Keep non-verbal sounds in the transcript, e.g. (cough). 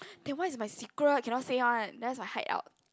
(noise) that one is my secret cannot say one that's my hideout